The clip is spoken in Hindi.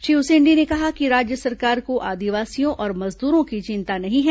श्री उसेंडी ने कहा कि राज्य सरकार को आदिवासियों और मजदूरों की चिंता नहीं है